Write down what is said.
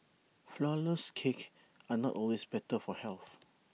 Flourless Cakes are not always better for health